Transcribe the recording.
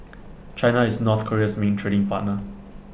China is north Korea's main trading partner